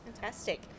Fantastic